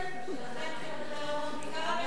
איזה הישגים בדיוק?